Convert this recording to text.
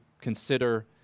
consider